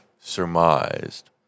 surmised